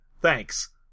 Thanks